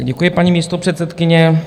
Děkuji, paní místopředsedkyně.